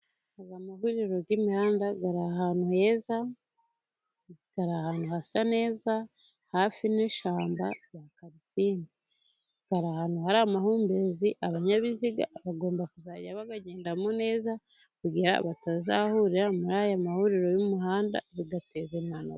Aya mahuriro y'imihanda ari ahantu heza, ari ahantu hasa neza hafi n'ishamba rya Karisimbi, ari ahantu hari amahumbezi, abanyabiziga bagomba kuzajya bagendamo neza kugira ngo batazahurira muri aya mahuriro y'umuhanda bigateza impanuka.